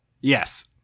Yes